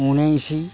ଉଣେଇଶ